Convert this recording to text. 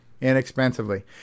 inexpensively